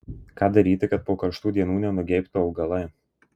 ką daryti kad po karštų dienų nenugeibtų augalai